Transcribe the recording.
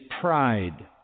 pride